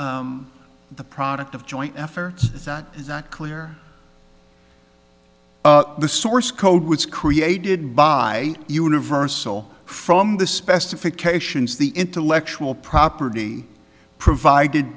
the product of joint effort that is not clear the source code was created by universal from the specifications the intellectual property provided